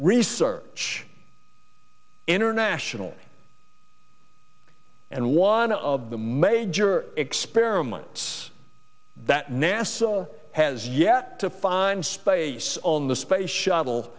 research international and one of the major experiments that nasa has yet to find space on the space shuttle